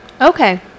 Okay